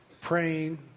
praying